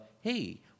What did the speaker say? hey